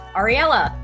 ariella